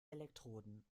elektroden